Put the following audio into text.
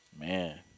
Man